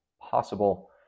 possible